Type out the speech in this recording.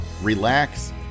relax